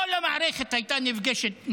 כל המערכת הייתה נפגשת,